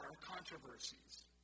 controversies